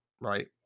Right